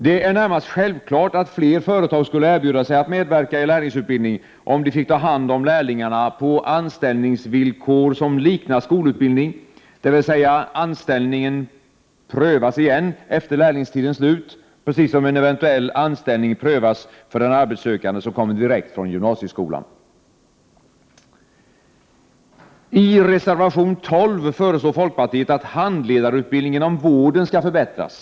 Det är närmast självklart att fler företag skulle erbjuda sig att medverka i lärlingsutbildning om de fick ta hand om lärlingen på anställningsvillkor som liknar skolutbildning — dvs. anställningen kan prövas igen efter lärlingstidens slut, precis som en eventuell anställning prövas för en arbetssökande som kommer direkt från gymnasieskolan. I reservation 12 föreslår folkpartiet att handledarutbildning inom vården skall förbättras.